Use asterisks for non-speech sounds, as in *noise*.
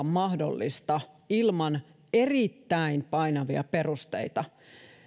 *unintelligible* mahdollista ilman erittäin painavia perusteita